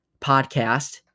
podcast